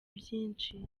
byinshi